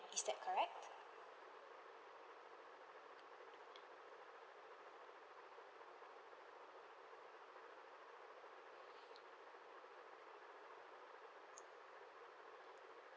is that correct